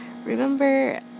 remember